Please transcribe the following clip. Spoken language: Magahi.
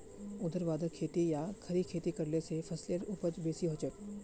ऊर्ध्वाधर खेती या खड़ी खेती करले स फसलेर उपज बेसी हछेक